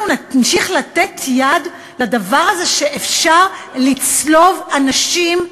אנחנו נמשיך לתת יד לדבר הזה שאפשר לצלוב אנשים,